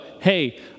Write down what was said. hey